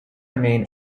remain